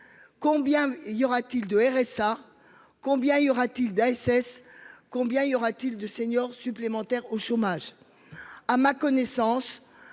Combien y aura-t-il de RSA. Combien y aura-t-il d'ASS. Combien y aura-t-il de seniors supplémentaires au chômage. À ma connaissance,